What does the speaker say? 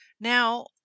Now